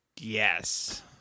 Yes